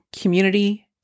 community